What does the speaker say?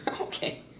okay